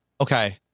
Okay